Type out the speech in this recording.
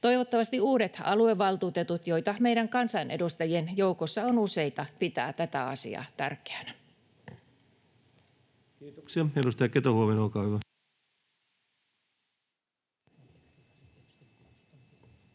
Toivottavasti uudet aluevaltuutetut, joita meidän kansanedustajien joukossa on useita, pitävät tätä asiaa tärkeänä. [Speech 148] Speaker: Ensimmäinen